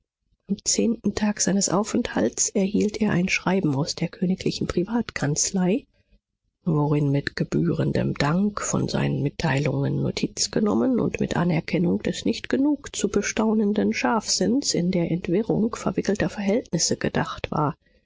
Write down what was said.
am zehnten tag seines aufenthalts erhielt er ein schreiben aus der königlichen privatkanzlei worin mit gebührendem dank von seinen mitteilungen notiz genommen und mit anerkennung des nicht genug zu bestaunenden scharfsinns in der entwirrung verwickelter verhältnisse gedacht war